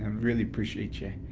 um really appreciate you,